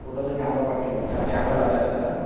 photos camera పట్టికెళ్లచ్చా camera allow చేస్తారా